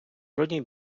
жодній